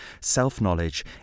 self-knowledge